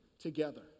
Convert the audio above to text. together